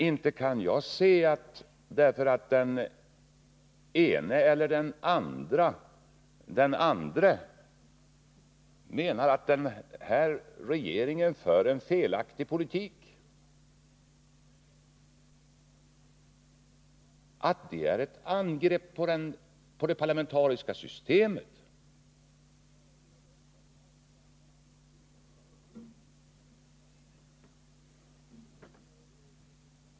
Men därför att den ene eller den andre menar att den här regeringen för en felaktig politik kan jag inte se att det är ett angrepp på det parlamentariska systemet.